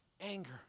anger